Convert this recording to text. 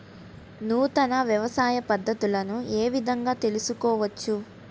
నూతన వ్యవసాయ ఉత్పత్తులను ఏ విధంగా తెలుసుకోవచ్చు?